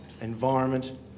environment